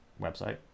website